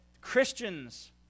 Christians